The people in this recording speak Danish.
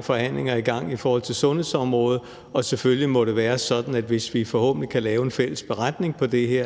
forhandlinger i gang i forhold til sundhedsområdet, og selvfølgelig må det være sådan, at hvis vi forhåbentlig kan lave en fælles beretning på det her,